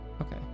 Okay